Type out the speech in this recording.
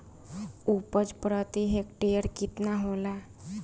उपज प्रति हेक्टेयर केतना होला?